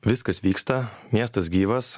viskas vyksta miestas gyvas